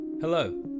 Hello